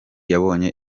yabonye